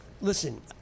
listen